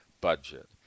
budget